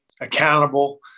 accountable